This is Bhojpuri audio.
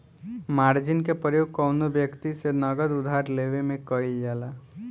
मार्जिन के प्रयोग कौनो व्यक्ति से नगद उधार लेवे में कईल जाला